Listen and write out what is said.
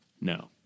No